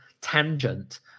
tangent